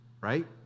right